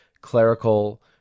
clerical